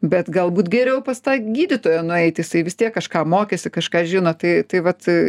bet galbūt geriau pas tą gydytoją nueiti jisai vis tiek kažką mokėsi kažką žino tai tai vat